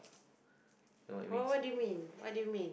no I mean